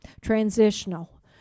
Transitional